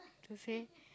to say